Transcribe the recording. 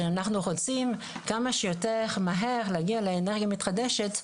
שאנחנו רוצים כמה שיותר מהר להגיע לאנרגיה מתחדשת,